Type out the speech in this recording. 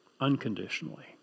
unconditionally